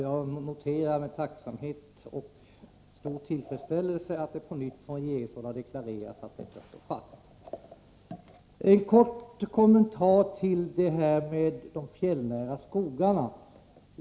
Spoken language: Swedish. Jag noterar med tacksamhet och stor tillfredsställelse att det från regeringshåll på nytt har deklarerats att detta står fast. En kort kommentar till frågan om de fjällnära skogarna.